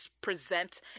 present